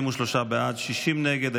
43 בעד, 60 נגד.